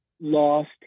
lost